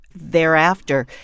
Thereafter